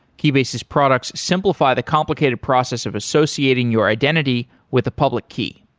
keybase's products simplify the complicated process of associating your identity with a public key.